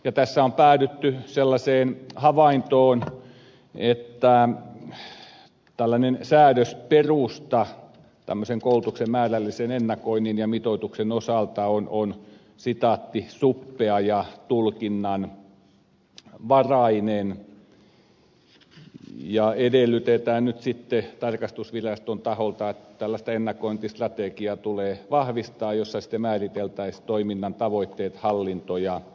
tässä on päädytty sellaiseen havaintoon että tällainen säädösperusta koulutuksen määrällisen ennakoinnin ja mitoituksen osalta on suppea ja tulkinnanvarainen ja edellytetään nyt sitten tarkastusviraston taholta että tulee vahvistaa tällaista ennakointistrategiaa jossa sitten määriteltäisiin toiminnan tavoitteet hallinto ja aikataulut